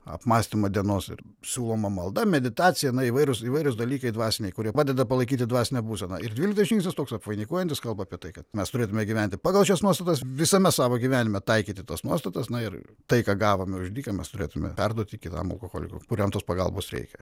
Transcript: apmąstymą dienos ir siūloma malda meditacija įvairūs įvairūs dalykai dvasiniai kurie padeda palaikyti dvasinę būseną ir dvyliktas žingsnis toks apvainikuojantis kalba apie tai kad mes turėtumėme gyventi pagal šias nuostatas visame savo gyvenime taikyti tas nuostatas na ir tai ką gavome už dyką mes turėtumėme perduoti kitam alkoholikui kuriam tos pagalbos reikia